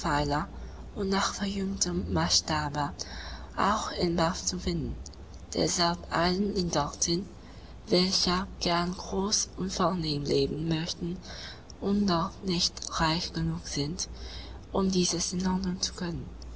und nach verjüngtem maßstabe auch in bath zu finden deshalb eilen die dorthin welche gern groß und vornehm leben möchten und doch nicht reich genug sind um dieses in london zu können